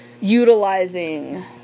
utilizing